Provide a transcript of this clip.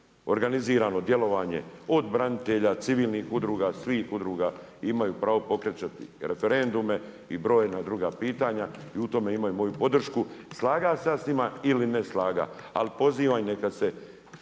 organizirano djelovanje od branitelja, civilnih udruga, svih udruga imaju pravo pokrećati referendume i brojna druga pitanja i u tome imaju moju podršku slagao se ja s njima ili ne slagao,